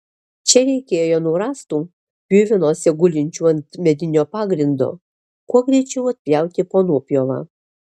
čia reikėjo nuo rąstų pjuvenose gulinčių ant medinio pagrindo kuo greičiau atpjauti po nuopjovą